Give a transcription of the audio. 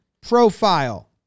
profile